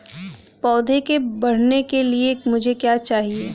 पौधे के बढ़ने के लिए मुझे क्या चाहिए?